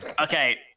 Okay